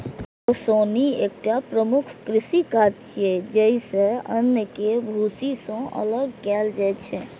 ओसौनी एकटा प्रमुख कृषि काज छियै, जइसे अन्न कें भूसी सं अलग कैल जाइ छै